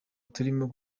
turimo